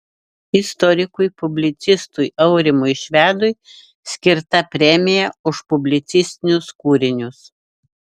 istorikui publicistui aurimui švedui skirta premija už publicistinius kūrinius